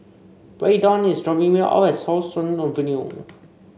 Braydon is dropping me off at How Sun Avenue